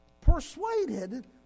persuaded